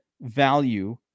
value